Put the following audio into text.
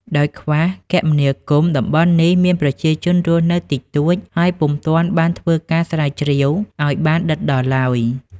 ដោយខ្វះគមនាគមន៍ តំបន់នេះមានប្រជាជនរស់នៅ តិចតួច ហើយពុំទាន់បានធ្វើការស្រាវជ្រាវអោយបានដិតដល់ឡើយ ។